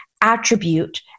attribute